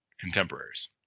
contemporaries